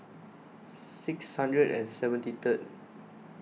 six hundred and seventy third